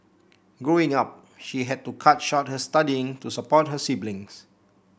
Growing Up she had to cut short her studying to support her siblings